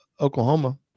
Oklahoma